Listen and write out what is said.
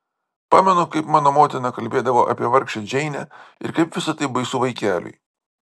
pamenu kaip mano motina kalbėdavo apie vargšę džeinę ir kaip visa tai baisu vaikeliui